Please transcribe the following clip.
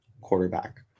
quarterback